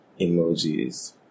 emojis